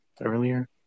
earlier